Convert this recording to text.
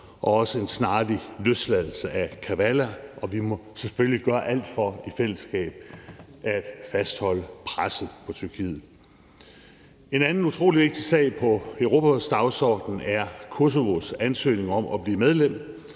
og også en snarlig løsladelse af Osman Kavala, og vi må selvfølgelig gøre alt for i fællesskab at fastholde presset på Tyrkiet. Kl. 11:35 En anden utrolig vigtig sag på Europarådets dagsorden er Kosovos ansøgning om at blive medlem